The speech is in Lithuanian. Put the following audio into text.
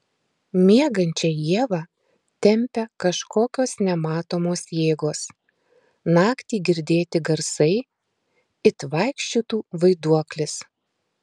miegančią ievą tempia kažkokios nematomos jėgos naktį girdėti garsai it vaikščiotų vaiduoklis